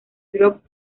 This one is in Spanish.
drop